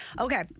Okay